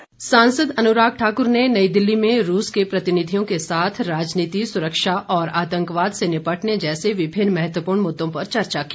अनुराग सांसद अनुराग ठाकुर ने नई दिल्ली में रूस के प्रतिनिधियों के साथ राजनीति सुरक्षा और आतंकवाद से निपटने जैसे विभिन्न महत्वपूर्ण मुद्दों पर चर्चा की